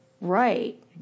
Right